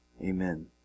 Amen